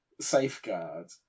safeguard